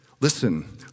listen